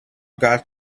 got